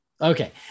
okay